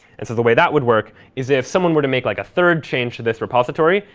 and so the way that would work is, if someone were to make like a third change to this repository,